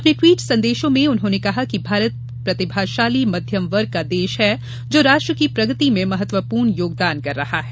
अपने ट्वीट संदेशों में उन्होंने कहा कि भारत प्रतिभाशाली मध्यम वर्ग का देश है जो राष्ट्र की प्रगति में महत्वपूर्ण योगदान कर रहा है